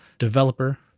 developer,